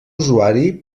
usuari